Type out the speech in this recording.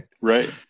Right